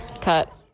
cut